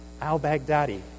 al-Baghdadi